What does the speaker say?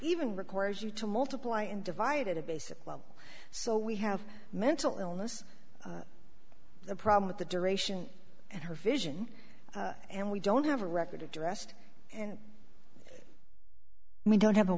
even requires you to multiply and divide it a basic well so we have mental illness the problem with the duration and her vision and we don't have a record addressed and we don't have a